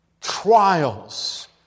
trials